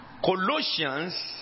Colossians